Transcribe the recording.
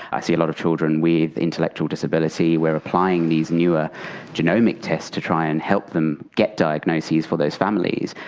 i see a lot of children with intellectual disability, we're applying these newer genomic tests to try and help them get diagnoses for those families,